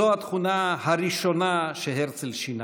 זו התכונה הראשונה שהרצל שינה.